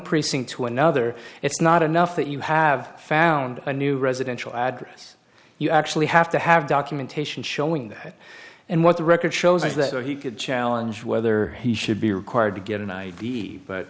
precinct to another it's not enough that you have found a new residential address you actually have to have documentation showing that and what the record shows is that he could challenge whether he should be required to get an id but